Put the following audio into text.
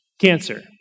cancer